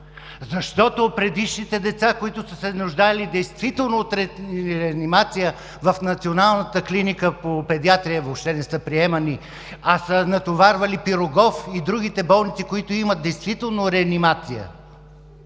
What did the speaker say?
защото предишните деца, които са се нуждаели от реанимация в Националната клиника по педиатрия, въобще не са приемани, а са натоварвали Пирогов и другите болници, които действително имат реанимация.